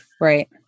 Right